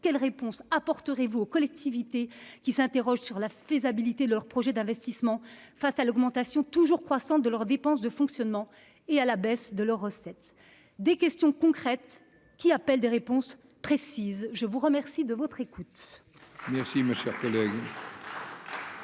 Quelles réponses apporterez-vous aux collectivités qui s'interrogent sur la faisabilité de leurs projets d'investissement face à l'augmentation toujours croissante de leurs dépenses de fonctionnement et à la baisse de leurs recettes ? Ces questions concrètes appellent des réponses précises. La parole est à M.